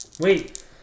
Wait